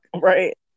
Right